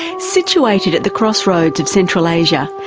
situated at the crossroads of central asia,